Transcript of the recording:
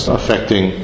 affecting